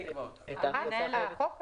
החוק קבע.